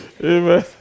Amen